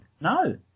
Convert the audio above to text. No